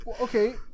Okay